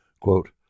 Quote